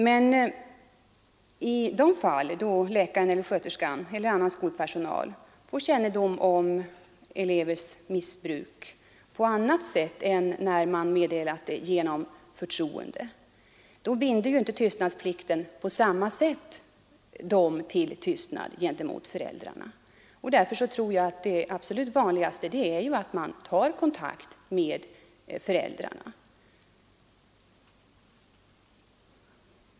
Men i de fall då läkaren eller sköterskan får kännedom om elevers missbruk på annat sätt än genom meddelande i förtroende binder inte tystnadsplikten dem på samma sätt till tystnad gentemot föräldrarna. Därför tror jag att det absolut vanligaste är att man tar kontakt med föräldrarna.